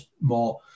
more